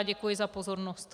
Děkuji za pozornost.